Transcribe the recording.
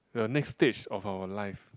the next stage of our life